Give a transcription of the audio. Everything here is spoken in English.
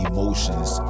Emotions